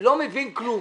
לא מבין כלום.